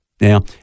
Now